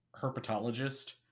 herpetologist